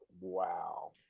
Wow